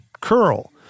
curl